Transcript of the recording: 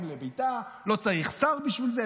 לא צריך שר בשביל זה.